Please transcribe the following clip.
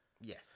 Yes